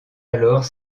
alors